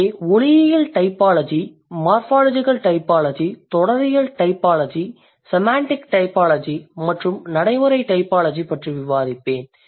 எனவே ஒலியியல் typology morphological typology தொடரியல் டைபாலஜி செமாண்டிக் டைபாலஜி மற்றும் நடைமுறை டைபாலஜி பற்றி விவாதிப்பேன்